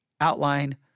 outline